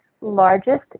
largest